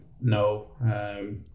No